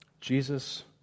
Jesus